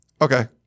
Okay